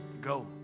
Go